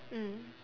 mm